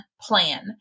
Plan